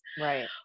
right